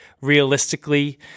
realistically